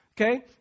okay